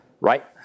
Right